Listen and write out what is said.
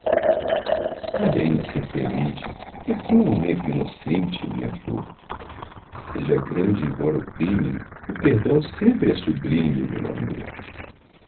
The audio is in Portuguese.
sabe ainda ser clemente perdoa um erro inocente minha flor seja grande embora o crime o perdão sempre é sublime meu amor